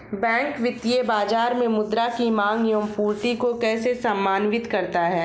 Bank वित्तीय बाजार में मुद्रा की माँग एवं पूर्ति को कैसे समन्वित करता है?